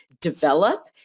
develop